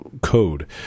code